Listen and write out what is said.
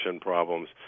problems